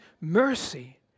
mercy